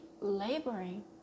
laboring